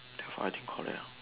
twelve I think correct orh